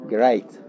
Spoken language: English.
Great